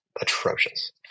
atrocious